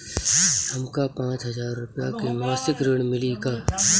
हमका पांच हज़ार रूपया के मासिक ऋण मिली का?